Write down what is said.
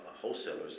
wholesalers